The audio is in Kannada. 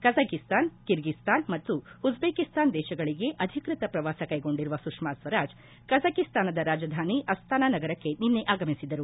ಕಜಕಿಸ್ತಾನ್ ಕಿರ್ಗಿಸ್ತಾನ್ ಮತ್ತು ಉಜ್ಬೇಕಿಸ್ತಾನ್ ದೇಶಗಳಿಗೆ ಅಧಿಕ್ಷತ ಪ್ರವಾಸ ಕೈಗೊಂಡಿರುವ ಸುಷ್ಮಾ ಸ್ಲರಾಜ್ ಕಜಕಿಸ್ತಾನದ ರಾಜಧಾನಿ ಅಸ್ತಾನಾ ನಗರಕ್ಕೆ ನಿನ್ನೆ ಆಗಮಿಸಿದರು